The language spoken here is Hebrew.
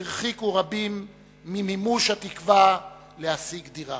הרחיקה רבים ממימוש התקווה להשיג דירה